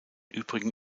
übrigen